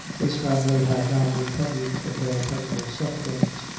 his family had now recovered from their terrible sufferings,